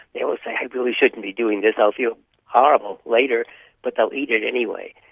they will say, i really shouldn't be doing this. i'll feel horrible later but they'll eat it anyway.